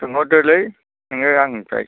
सोंहरदोलै नोङो आंनिफ्राय